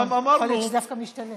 נכון, יכול להיות שדווקא משתלם.